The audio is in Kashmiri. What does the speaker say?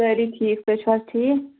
سٲری ٹھیٖک تُہۍ چھُو حظ ٹھیٖک